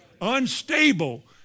Unstable